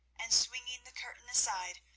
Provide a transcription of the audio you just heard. and swinging the curtain aside,